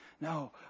No